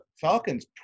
Falcons